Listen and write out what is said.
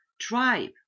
tribe